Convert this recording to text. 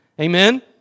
Amen